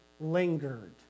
lingered